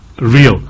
real